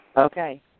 Okay